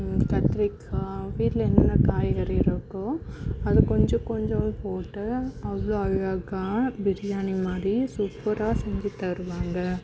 கத்திரிக்காய் வீட்டில் என்னென்ன காய்கறி இருக்கோ அது கொஞ்சம் கொஞ்சமாக போட்டு அவ்வளோ அழகாக பிரியாணி மாதிரி சூப்பராக செஞ்சுத் தருவாங்க